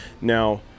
Now